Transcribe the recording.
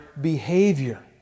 behavior